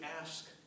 ask